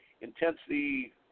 intensity